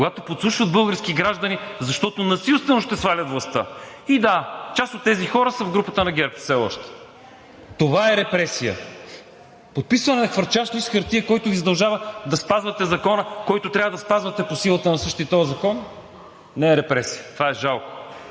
когато подслушват български граждани, защото насилствено ще свалят властта. И да, част от тези хора все още са в групата на ГЕРБ. Това е репресия! Подписване на хвърчащ лист хартия, който Ви задължава да спазвате закона, който трябва да спазвате по силата на същия този закон, не е репресия. Това е жалко!